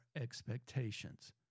expectations